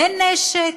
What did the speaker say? ונשק,